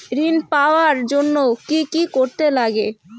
ঋণ পাওয়ার জন্য কি কি করতে লাগে?